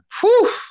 whew